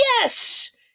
Yes